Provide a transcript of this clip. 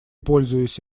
пользуясь